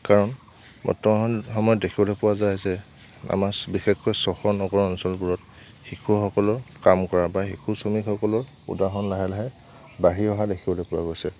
কাৰণ বৰ্তমান সময়ত দেখিবলৈ পোৱা যায় যে আমাৰ বিশেষকৈ চহৰ নগৰ অঞ্চলবোৰত শিশুসকলৰ কাম কৰা বা শিশু শ্ৰমিকসকলৰ উদাহৰণ লাহে লাহে বাঢ়ি অহা দেখিবলৈ পোৱা গৈছে